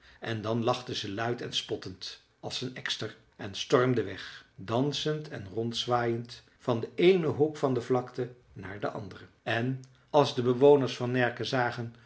en dan lachte ze luid en spottend als een ekster en stormde weg dansend en rondzwaaiend van den eenen hoek van de vlakte naar den anderen en als de bewoners van närke zagen